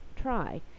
try